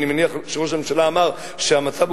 אני מניח שראש הממשלה אמר שהמצב הוא